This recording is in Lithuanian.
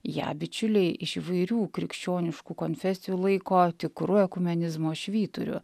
ją bičiuliai iš įvairių krikščioniškų konfesijų laiko tikru ekumenizmo švyturiu